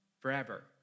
forever